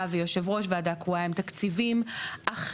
ויושב ראש ועדה קרואה הם תקציבים אחרים,